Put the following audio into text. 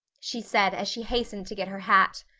she said as she hastened to get her hat.